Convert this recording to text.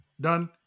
Done